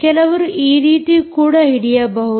ಕೆಲವರು ಈ ರೀತಿ ಕೂಡ ಹಿಡಿಯಬಹುದು